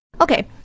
Okay